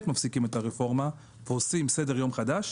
מפסיקים את הרפורמה ועושים סדר יום חדש